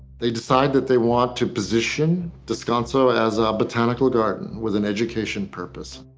they decide that they want to position descanso as a botanical garden with an education purpose.